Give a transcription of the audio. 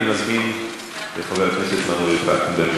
אני מזמין את חבר הכנסת מנואל טרכטנברג.